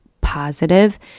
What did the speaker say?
positive